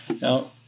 Now